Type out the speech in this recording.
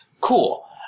cool